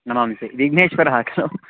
नमांसि विघ्नेश्वरः खलु